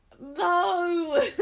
No